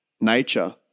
nature